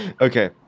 Okay